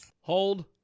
hold